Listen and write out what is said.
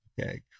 Okay